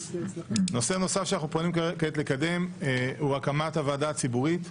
נושא נוסף שאנחנו פונים כעת לקדם הוא הקמת הוועדה הציבורית,